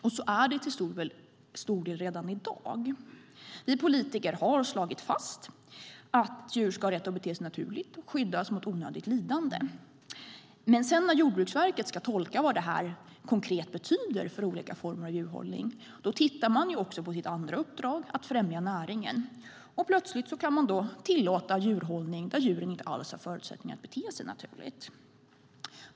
Så är det till stor del redan i dag. Vi politiker har slagit fast att djur ska ha rätt att bete sig naturligt och skyddas mot onödigt lidande. Men när Jordbruksverket sedan ska tolka vad det konkret betyder för olika former av djurhållning, då tittar man också på sitt andra uppdrag, att främja näringen, och plötsligt kan man tillåta djurhållning där djuren inte alls har förutsättningar att bete sig naturligt.